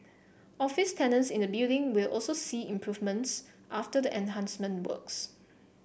office tenants in the building will also see improvements after the enhancement works